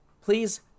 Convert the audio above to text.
Please